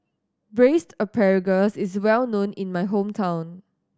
Braised Asparagus is well known in my hometown